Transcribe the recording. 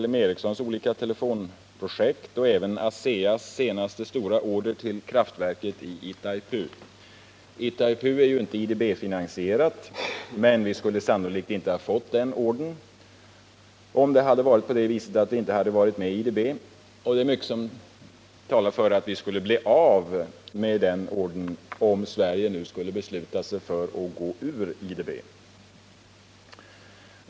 L M Ericssons olika telefonprojekt och även ASEA:s stora order till kraftverket i Itaipu. Det projektet är inte IDB-finansierat, men vi skulle sannolikt inte ha fått den ordern om det hade varit på det viset att vi inte varit med i IDB. Och det är mycket som talar för att vi skulle bli av med den ordern om Sverige nu skulle besluta sig för att gå ur IDB.